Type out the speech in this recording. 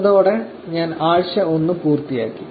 അതോടെ ഞാൻ ആഴ്ച ഒന്ന് പൂർത്തിയാക്കി